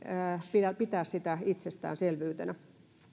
pitää pitää sitä itsestäänselvyytenä